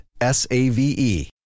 S-A-V-E